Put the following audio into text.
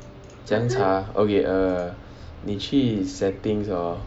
怎么样查 okay err 你去 settings hor